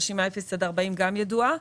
הרשימה של יישובים ב-0 עד 40 גם ידועה,